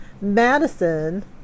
Madison